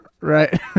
Right